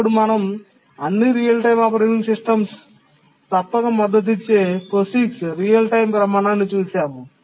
అప్పుడు మనంఅన్ని real time operating system తప్పక మద్దతిచ్చే POSIX రియల్ టైమ్ ప్రమాణాన్ని చూశాము